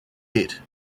hit